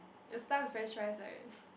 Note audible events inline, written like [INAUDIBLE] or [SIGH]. you're stuff with french fries right [LAUGHS]